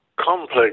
complex